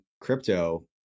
crypto